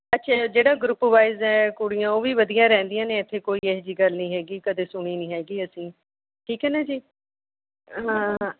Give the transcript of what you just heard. ਅੱਛਾ ਜਿਹੜਾ group wise ਹੈ ਕੁੜੀਆਂ ਉਹ ਵੀ ਵਧੀਆਂ ਰਹਿੰਦੀਆਂ ਨੇ ਇੱਥੇ ਕੋਈ ਇਹੋ ਜਿਹੀ ਗੱਲ ਨਹੀਂ ਹੈਗੀ ਕਦੇ ਸੁਣੀ ਨਹੀਂ ਹੈਗੀ ਅਸੀਂ ਠੀਕ ਹੈ ਨਾ ਜੀ ਹਾਂ ਹਾਂ